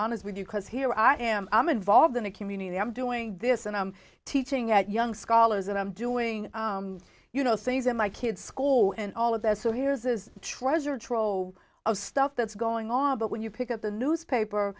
honest with you because here i am i'm involved in a community i'm doing this and i'm teaching at young scholars and i'm doing you know things in my kids school and all of that so here's is treasure trove of stuff that's going on but when you pick up the newspaper